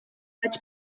vaig